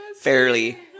fairly